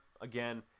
again